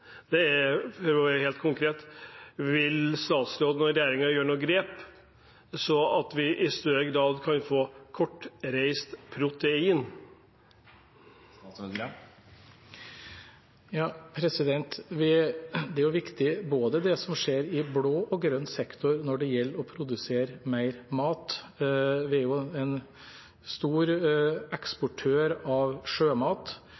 jeg være helt konkret: Vil statsråden og regjeringen ta noen grep for at vi i større grad kan få kortreist protein? Det som skjer i både blå og grønn sektor er viktig når det gjelder å produsere mer mat. Vi er en stor eksportør av sjømat,